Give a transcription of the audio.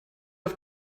auf